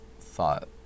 thought